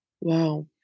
Wow